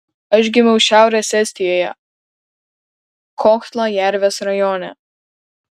aš gimiau šiaurės estijoje kohtla jervės rajone